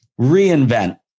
reinvent